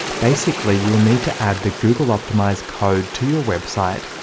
basically, you will need to add the google optimize code to your website,